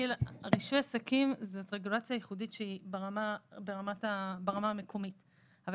רישוי עסקים הוא רגולציה ייחודית שהיא ברמה המקומית אבל